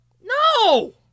No